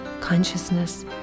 consciousness